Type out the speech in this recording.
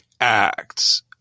Acts